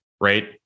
Right